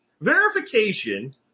Verification